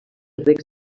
regs